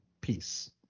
peace